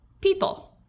people